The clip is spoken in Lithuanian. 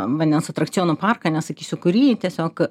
vandens atrakcionų parką nesakysiu kurį tiesiog